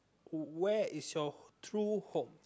where is your true home